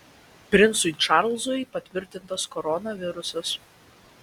princui čarlzui patvirtintas koronavirusas